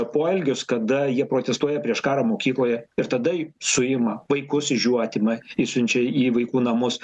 poelgius kada jie protestuoja prieš karą mokykloje ir tada suima vaikus iš jų atima išsiunčia į vaikų namus